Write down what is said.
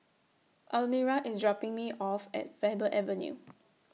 Almyra IS dropping Me off At Faber Avenue